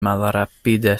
malrapide